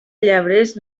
llebrers